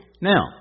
Now